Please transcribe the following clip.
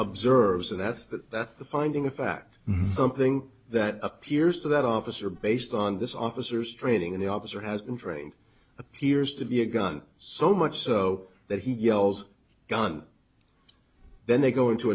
observes and that's that that's the finding of fact something that appears to that officer based on this officers training in the officer has been trained appears to be a gun so much so that he yells gun then they go into